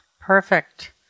Perfect